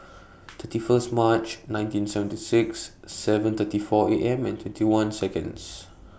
thirty First March nineteen seventy six seven thirty four A M and twenty one Second